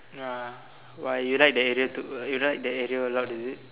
ya why you like the area too you like the area a lot is it